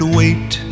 wait